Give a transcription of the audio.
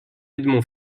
edmond